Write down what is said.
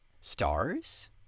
stars